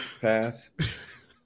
pass